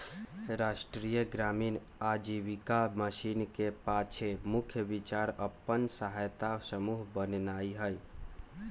राष्ट्रीय ग्रामीण आजीविका मिशन के पाछे मुख्य विचार अप्पन सहायता समूह बनेनाइ हइ